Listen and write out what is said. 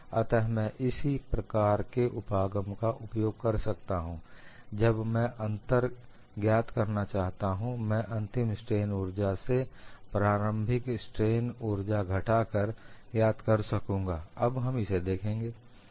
अतः मैं इसी प्रकार के उपागम का उपयोग कर सकता हूं जब मैं अंतर ज्ञात करना चाहता हूं मैं अंतिम स्ट्रेन उर्जा से प्रारंभिक स्ट्रेन ऊर्जा घटाकर ज्ञात कर सकूंगा अब हम इसे देखेंगे